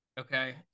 Okay